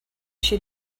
she